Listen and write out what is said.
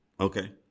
Okay